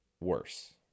worse